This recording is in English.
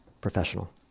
professional